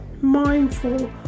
mindful